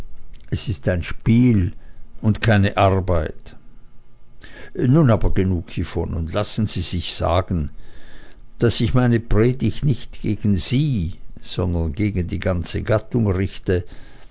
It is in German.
es ist ein spiel und keine arbeit nun aber genug hievon und lassen sie sich sagen daß ich meine predigt nicht gegen sie sondern gegen die ganze gattung richte